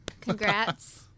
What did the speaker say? Congrats